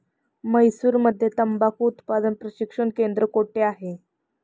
म्हैसूरमध्ये तंबाखू उत्पादन प्रशिक्षण केंद्र कोठे आहे?